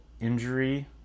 injury